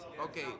Okay